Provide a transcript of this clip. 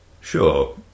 Sure